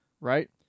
right